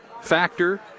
factor